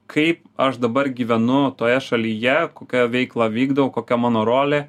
kaip aš dabar gyvenu toje šalyje kokią veiklą vykdau kokia mano rolė